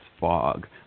fog